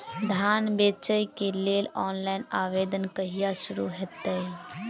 धान बेचै केँ लेल ऑनलाइन आवेदन कहिया शुरू हेतइ?